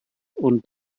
und